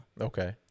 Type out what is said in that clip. Okay